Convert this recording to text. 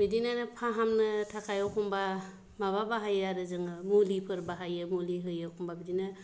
बिदिनो फाहामनो थाखाय एखमब्ला माबा बाहायो आरो जोङो मुलिफोर बाहायो मुलि होयो एखमब्ला बिदिनो